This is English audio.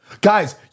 Guys